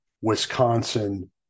Wisconsin